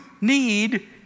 need